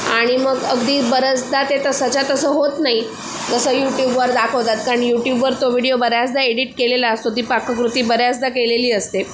आणि मग अगदी बऱ्याचदा ते तसंच्या तसं होत नाही जसं यूट्यूबवर दाखवतात कारण यूट्यूबवर तो विडिओ बऱ्याचदा एडिट केलेला असतो ती पाककृती बऱ्याचदा केलेली असते